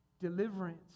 Deliverance